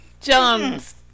jumps